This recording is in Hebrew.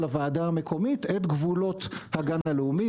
הוועדה המקומית את גבולות הגן הלאומי.